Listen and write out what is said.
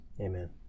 Amen